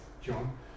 John